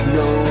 no